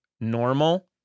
normal